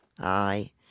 Aye